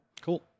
Cool